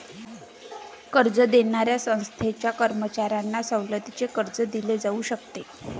कर्ज देणाऱ्या संस्थांच्या कर्मचाऱ्यांना सवलतीचे कर्ज दिले जाऊ शकते